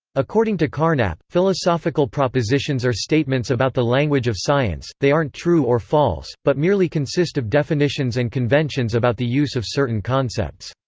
according to carnap, philosophical propositions are statements about the language of science they aren't true or false, but merely consist of definitions and conventions about the use of certain concepts.